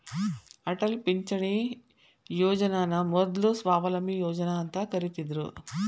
ಅಟಲ್ ಪಿಂಚಣಿ ಯೋಜನನ ಮೊದ್ಲು ಸ್ವಾವಲಂಬಿ ಯೋಜನಾ ಅಂತ ಕರಿತ್ತಿದ್ರು